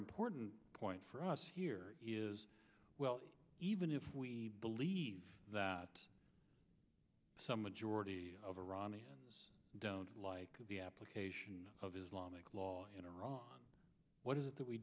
important point for us here is well even if we believe that some majority of iranians don't like the application of islamic law in iran what is it that we